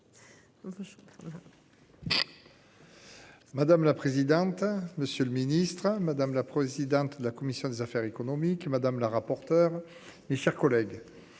Madame la présidente, monsieur le ministre, madame la présidente de la commission des affaires économiques Madame la rapporteure. Mes chers collègues.